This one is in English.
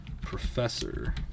Professor